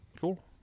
Cool